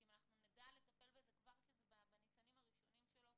כי אם אנחנו נדע לטפל בזה כבר כשזה בניצנים הראשונים שלו,